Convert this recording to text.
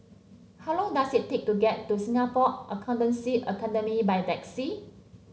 how long does it take to get to Singapore Accountancy Academy by taxi